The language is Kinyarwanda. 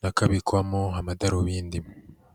n’akabikwamo amadarubindi.